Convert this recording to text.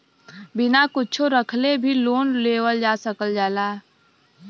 बिना कुच्छो रखले भी लोन लेवल जा सकल जाला